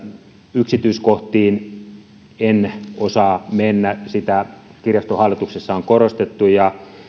yksityiskohtiin en osaa mennä sitä kirjaston hallituksessa on korostettu ja